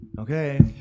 Okay